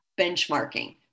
benchmarking